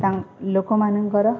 ଲୋକମାନଙ୍କର